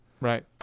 Right